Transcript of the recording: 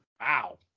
Wow